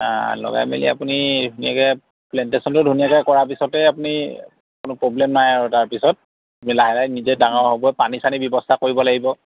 লগাই মেলি আপুনি ধুনীয়াকৈ প্লেনটেচনটো ধুনীয়াকৈ কৰাৰ পিছতে আপুনি কোনো প্ৰব্লেম নাই আৰু তাৰপিছত লাহে লাহে নিজে ডাঙৰ হ'ব পানী চানিৰ ব্যৱস্থা কৰিব লাগিব